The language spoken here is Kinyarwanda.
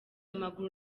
amaguru